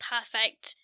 Perfect